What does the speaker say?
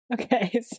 Okay